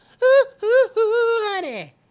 honey